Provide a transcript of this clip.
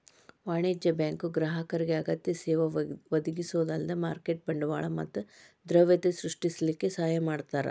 ವಾಣಿಜ್ಯ ಬ್ಯಾಂಕು ಗ್ರಾಹಕರಿಗೆ ಅಗತ್ಯ ಸೇವಾ ಒದಗಿಸೊದ ಅಲ್ದ ಮಾರ್ಕೆಟಿನ್ ಬಂಡವಾಳ ಮತ್ತ ದ್ರವ್ಯತೆ ಸೃಷ್ಟಿಸಲಿಕ್ಕೆ ಸಹಾಯ ಮಾಡ್ತಾರ